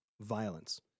violence